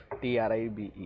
tribe